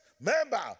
member